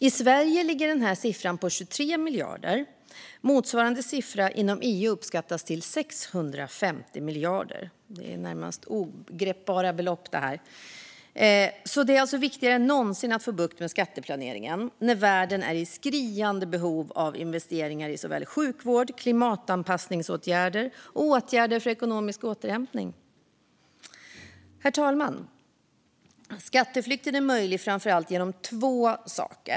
I Sverige ligger denna siffra på 23 miljarder, och motsvarande siffra inom EU uppskattas till 650 miljarder. Det är närmast ogripbara belopp. Det är viktigare än någonsin att få bukt med skatteplaneringen när världen är i skriande behov av investeringar i såväl sjukvård som klimatanpassningsåtgärder och åtgärder för ekonomisk återhämtning. Herr talman! Skatteflykten är möjlig framför allt genom två saker.